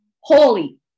holy